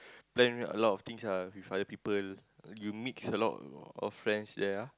plan a lot of things ah with other people you mix a lot of friend there ah